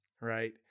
right